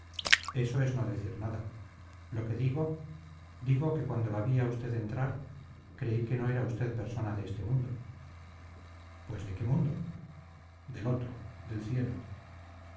eso es no decir nada lo que digo digo que cuando la vi a usted entrar creí que no era usted persona de este mundo pues de qué mundo del otro del cielo